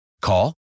Call